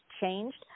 changed